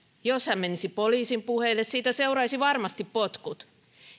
jos hän menisi poliisin puheille siitä seuraisi varmasti potkut